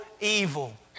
evil